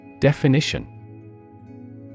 Definition